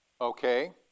Okay